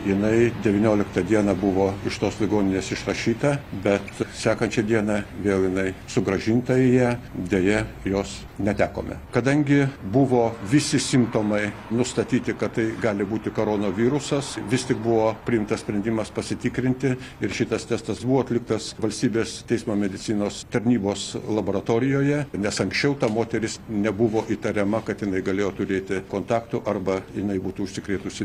jinai devynioliktą dieną buvo iš tos ligoninės išrašyta bet sekančią dieną vėl jinai sugrąžinta į ją deja jos netekome kadangi buvo visi simptomai nustatyti kad tai gali būti koronavirusas vis tik buvo priimtas sprendimas pasitikrinti ir šitas testas buvo atliktas valstybės teismo medicinos tarnybos laboratorijoje nes anksčiau ta moteris nebuvo įtariama kad jinai galėjo turėti kontaktų arba jinai būtų užsikrėtusi